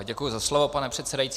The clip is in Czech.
Děkuji za slovo, pane předsedající.